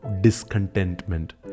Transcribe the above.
discontentment